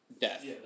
death